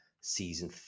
season